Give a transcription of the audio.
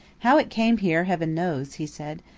how it came here, heaven knows, he said.